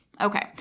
Okay